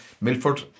Milford